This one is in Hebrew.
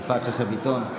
יפעת שאשא ביטון.